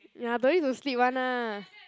ya don't need to sleep [one] lah